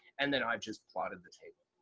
and then i've just plotted the table.